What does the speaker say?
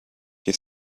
your